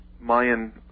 Mayan